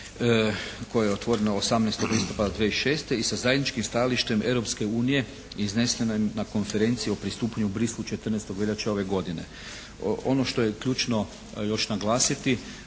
koje je otvoreno 18. listopada 2006. i sa zajedničkim stajalištem Europske unije iznesenim na konferenciji o pristupanju u Bruxellesu 14. veljače ove godine. Ono što je ključno još naglasiti